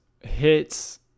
hits